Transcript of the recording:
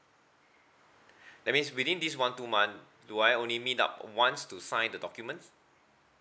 that means within this one two month do I only meet up once to sign the documents